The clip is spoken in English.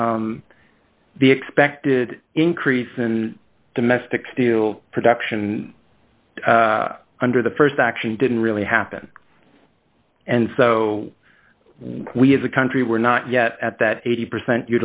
the expected increase in domestic steel production under the st action didn't really happen and so we as a country were not yet at that eighty percent